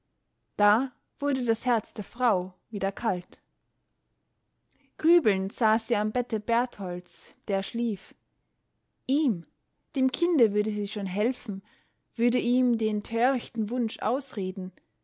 da wurde das herz der frau wieder kalt grübelnd saß sie am bette bertholds der schlief ihm dem kinde würde sie schon helfen würde ihm den törichten wunsch ausreden